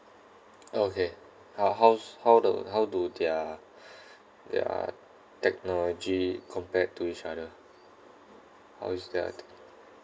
okay how how's how do how do their their technology compared to each other how is their te~